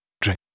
drink